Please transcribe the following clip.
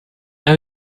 now